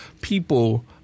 people